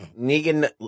Negan